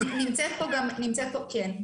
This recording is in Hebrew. כן.